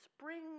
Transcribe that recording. spring